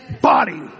body